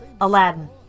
Aladdin